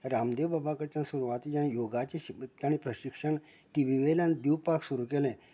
रामदेव बाबा कडच्यान सुरवातेच्या योगाची शि तांणी प्रशिक्षण टी वी वयल्यान दिवपाक सुरू केलें